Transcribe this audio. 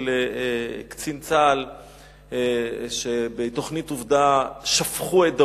קצין צה"ל שבתוכנית "עובדה" שפכו את דמו.